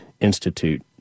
Institute